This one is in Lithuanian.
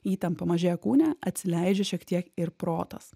įtampa mažėja kūne atsileidžia šiek tiek ir protas